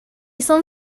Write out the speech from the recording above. son